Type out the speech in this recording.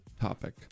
topic